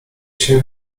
się